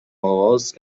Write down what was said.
آغاز